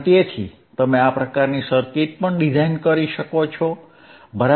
તેથી તમે આ પ્રકારની સર્કિટ પણ ડિઝાઇન કરી શકો છો બરાબર